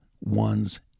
one's